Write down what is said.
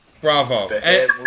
Bravo